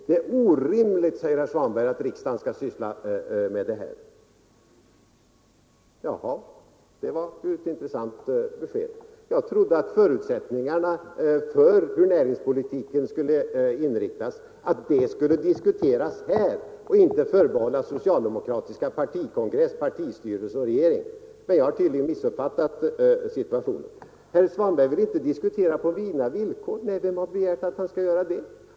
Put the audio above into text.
Det är orimligt, säger herr Svanberg, att riksdagen skall syssla med detta. Jaha, det var ett intressant besked. Jag trodde att förutsättningarna för näringspolitikens inriktning skulle diskuteras här och inte förbehållas socialdemokraternas partikongress, partistyrelse och regering. Men jag har tydligen missuppfattat situationen. Herr Svanberg vill vidare inte diskutera på mina villkor. Nej, vem har begärt att han skall göra det?